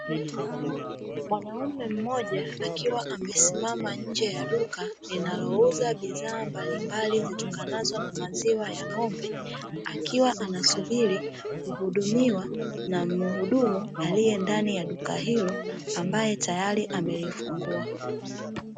Mwanaume mmoja akiwa amesimama nje ya duka; linalouza bidhaa mbalimbali zitokanazo na maziwa ya ng'ombe, akiwa anasubiri kuhudumiwa na mhudumu aliye ndani ya duka hilo, ambaye tayari amelifungua.